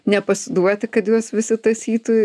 nepasiduoti kad juos visi tąsytų